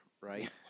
Right